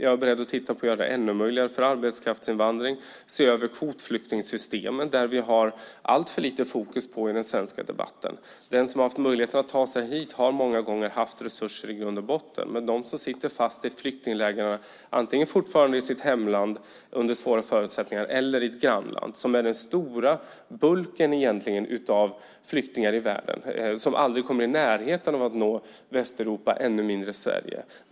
Jag är beredd att titta på att skapa ännu mer möjligheter för arbetskraftsinvandring och se över kvotflyktingssystemen, som vi har alltför lite fokus på i den svenska debatten. Den som har haft möjligheten att ta sig hit har många gånger haft resurser i grund och botten. Men de som sitter fast i ett flyktingläger antingen fortfarande i sitt hemland under svåra förutsättningar eller i ett grannland är egentligen den stora bulken av flyktingar i världen. De kommer aldrig i närheten av att nå Västeuropa och ännu mindre Sverige.